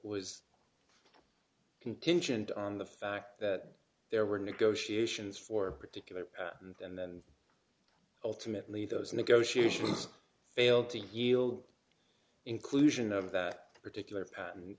was contingent on the fact that there were negotiations for particular and then ultimately those negotiations failed to yield inclusion of that particular pat